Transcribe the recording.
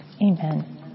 Amen